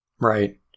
Right